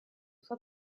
soir